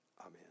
amen